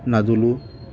నదులు